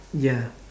ya